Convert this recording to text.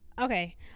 Okay